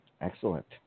Excellent